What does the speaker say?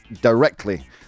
directly